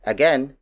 Again